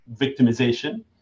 victimization